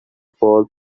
fall